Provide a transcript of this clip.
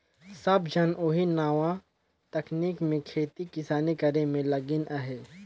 सब झन ओही नावा तकनीक ले खेती किसानी करे में लगिन अहें